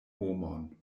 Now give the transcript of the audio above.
homon